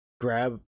grab